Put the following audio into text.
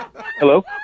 Hello